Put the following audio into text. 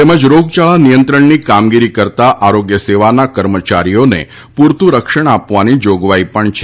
તેમજ રોગચાળા નિયંત્રણની કામગીરી કરતા આરોગ્ય સેવાના કર્મચારીઓને પૂરતું રક્ષણ આપવની જોગવાઈ પણ છે